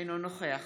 אינו נוכח